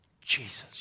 Jesus